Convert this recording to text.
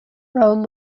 rome